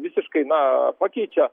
visiškai na pakeičia